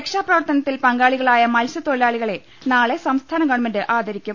രക്ഷാപ്രവർത്തനത്തിൽ പങ്കാളികളായ മത്സ്യതൊഴി ലാളികളെ നാളെ സംസ്ഥാന ഗവൺമെന്റ് ആദരിക്കും